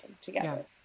together